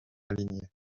alignés